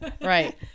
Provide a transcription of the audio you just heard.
right